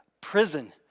prison